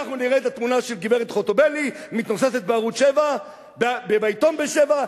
אנחנו נראה את התמונה של הגברת חוטובלי מתנוססת בערוץ-7 ובעיתון "בשבע",